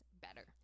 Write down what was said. better